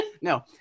No